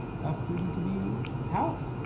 have proven to be cowards,